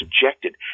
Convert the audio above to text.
subjected